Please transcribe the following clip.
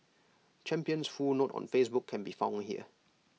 champion's full note on Facebook can be found here